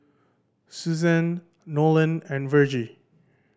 Susanne Nolan and Vergie